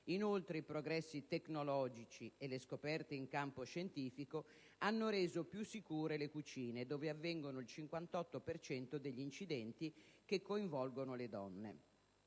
Inoltre, i progressi tecnologici e le scoperte in campo scientifico hanno reso più sicure le cucine (dove avviene il 58 per cento degli incidenti che coinvolgono le donne),